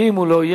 איננו.